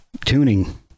tuning